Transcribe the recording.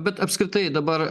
bet apskritai dabar